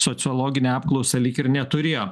sociologinę apklausą lyg ir neturėjo